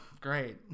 great